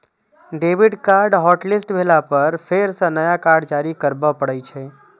debit card hotlist भेला पर फेर सं नया कार्ड जारी करबे पड़ै छै